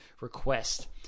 request